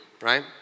right